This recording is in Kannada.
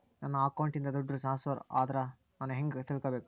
ನನ್ನ ಅಕೌಂಟಿಂದ ದುಡ್ಡು ಟ್ರಾನ್ಸ್ಫರ್ ಆದ್ರ ನಾನು ಹೆಂಗ ತಿಳಕಬೇಕು?